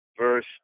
verse